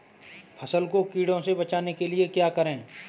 फसल को कीड़ों से बचाने के लिए क्या करें?